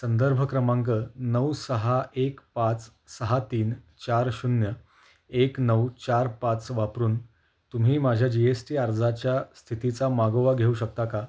संदर्भ क्रमांक नऊ सहा एक पाच सहा तीन चार शून्य एक नऊ चार पाच वापरून तुम्ही माझ्या जी एस टी अर्जाच्या स्थितीचा मागोवा घेऊ शकता का